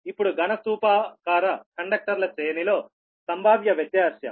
ఇప్పుడు ఘన స్థూపాకార కండక్టర్ల శ్రేణిలో సంభావ్య వ్యత్యాసం